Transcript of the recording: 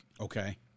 Okay